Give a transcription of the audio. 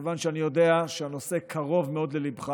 מכיוון שאני יודע שהנושא קרוב מאוד לליבך